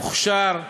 מוכשר,